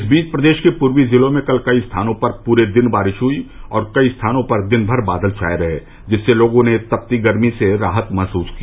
इस बीच प्रदेश के पूर्वी जिलों में कल कई स्थानों पर पूरे दिन बारिश हुई और कई स्थानों पर दिनभर बादल छाये रहे जिससे लोगों ने तपती गर्मी से राहत महसूस की